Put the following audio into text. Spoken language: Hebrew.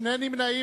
שני נמנעים,